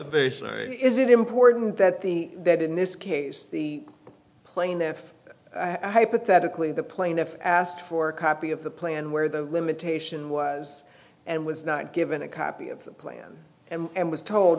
question is it important that the that in this case the plaintiff i hypothetically the plaintiff asked for a copy of the plan where the limitation was and was not given a copy of the plan and was told